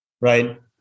right